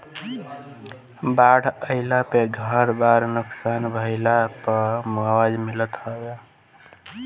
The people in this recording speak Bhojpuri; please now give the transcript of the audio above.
बाढ़ आईला पे घर बार नुकसान भइला पअ मुआवजा मिलत हवे